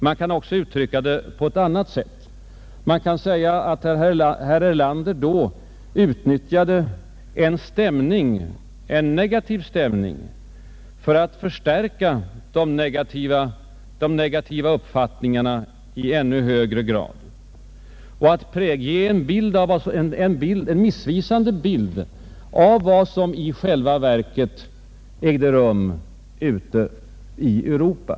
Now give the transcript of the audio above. Man kan också uttrycka det på ett annat sätt — man kan säga att herr Erlander då utnyttjade en negativ stämning för att förstärka de negativa uppfattningarna i ännu högre grad och ge en missvisande bild av vad som i själva verket ägde rum ute i Europa.